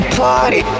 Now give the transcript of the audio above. party